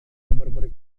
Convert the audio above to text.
bepergian